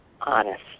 honest